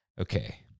Okay